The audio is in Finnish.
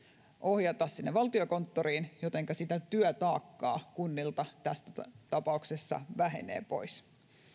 ohjata sinne valtiokonttoriin jotenka sitä työtaakkaa kunnilta tässä tapauksessa vähenee pois